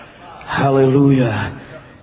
Hallelujah